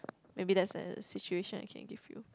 maybe that's a situation I can give you